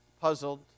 puzzled